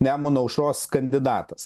nemuno aušros kandidatas